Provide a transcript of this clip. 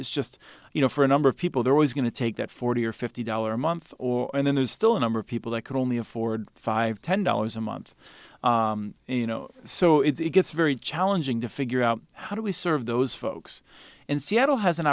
it's just you know for a number of people there was going to take that forty or fifty dollars a month or and then there's still a number of people that could only afford five ten dollars a month you know so it's it's very challenging to figure out how do we serve those folks in seattle has an